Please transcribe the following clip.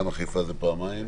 למה חיפה פעמיים?